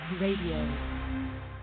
Radio